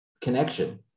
connection